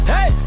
Hey